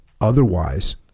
otherwise